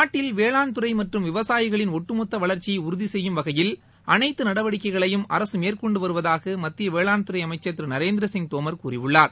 நாட்டில் வேளாண்துறை மற்றும் விவசாயிகளின் ஒட்டுமொத்த வளர்ச்சியை உறுதிசெய்யும் வகையில் அனைத்து நடவடிக்கைகளையும் அரசு மேற்கொண்டு வருவதாக மத்திய வேளாண்துறை அமைச்சர் திரு நரேந்திரசிங் தோமர் கூறியுள்ளார்